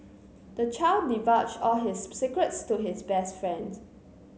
the child divulged all his secrets to his best friend